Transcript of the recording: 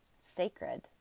sacred